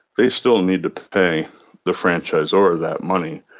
they still need to pay the franchise order that money,